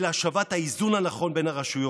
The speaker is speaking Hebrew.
אלא השבת האיזון הנכון בין הרשויות.